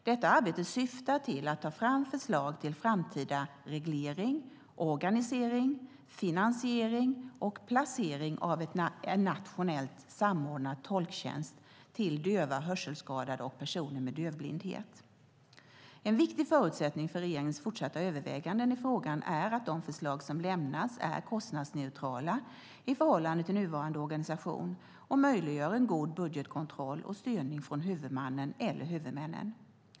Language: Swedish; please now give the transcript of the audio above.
Detta arbete syftar till att ta fram förslag till framtida reglering, organisering, finansiering och placering av en nationellt samordnad tolktjänst till döva, hörselskadade och personer med dövblindhet. En viktig förutsättning för regeringens fortsatta överväganden i frågan är att de förslag som lämnas är kostnadsneutrala i förhållande till nuvarande organisation och möjliggör en god budgetkontroll och styrning från huvudmannen eller huvudmännen.